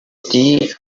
the